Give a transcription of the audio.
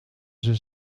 zijn